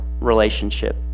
relationship